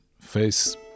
face